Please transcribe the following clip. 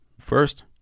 first